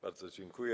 Bardzo dziękuję.